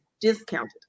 discounted